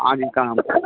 हाँ जी काम